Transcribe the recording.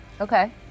Okay